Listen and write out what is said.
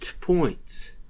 points